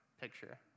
picture